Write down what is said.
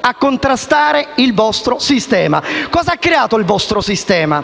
a contrastare il vostro sistema. Cosa ha creato il vostro sistema?